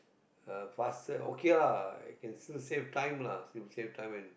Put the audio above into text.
uh faster okay lah I can still save time lah still save time when